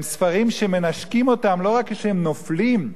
הם ספרים שמנשקים אותם לא רק כשהם נופלים,